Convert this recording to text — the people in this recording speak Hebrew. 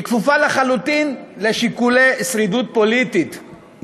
היא כפופה לחלוטין לשיקולי שרידות פוליטית,